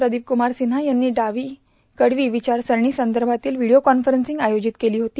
प्रदीप कूमार सिन्हा यांनी डवी कडवी विचारसरणी संदर्भातील व्हिडिओ कॉन्फरन्सिंग आयोजित केली होती